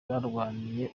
barwaniye